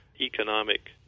economic